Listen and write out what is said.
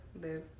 live